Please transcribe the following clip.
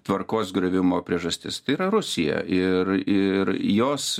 tvarkos griuvimo priežastis tai yra rusija ir ir jos